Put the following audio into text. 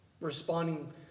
responding